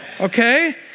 Okay